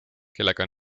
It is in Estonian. kellega